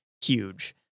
huge